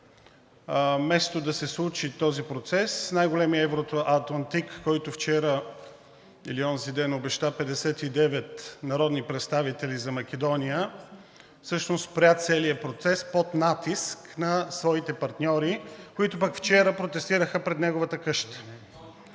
вместо да се случи този процес, най-големият евроатлантик, който вчера или онзиден обеща 59 народни представители за Македония, всъщност спря целия процес под натиск на своите партньори, които пък вчера протестираха пред неговата къща.